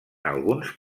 alguns